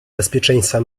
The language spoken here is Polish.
bezpieczeństwa